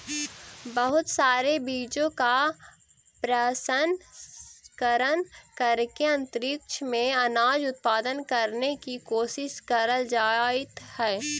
बहुत सारे बीजों का प्रशन करण करके अंतरिक्ष में अनाज उत्पादन करने की कोशिश करल जाइत हई